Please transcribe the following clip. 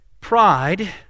pride